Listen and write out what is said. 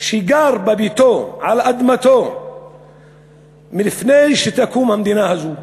שגר בביתו על אדמתו לפני שקמה המדינה הזאת,